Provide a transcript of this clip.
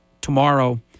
tomorrow –